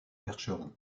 percheron